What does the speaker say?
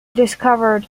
discovered